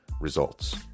results